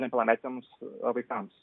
nepilnamečiams vaikams